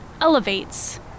elevates